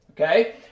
okay